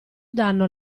danno